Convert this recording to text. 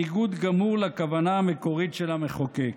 ניגוד גמור לכוונה המקורית של המחוקק.